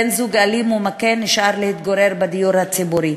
בן-זוג אלים ומכה נשאר להתגורר בדיור הציבורי,